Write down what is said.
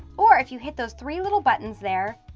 or if you hit those three little buttons there,